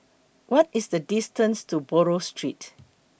What IS The distance to Buroh Street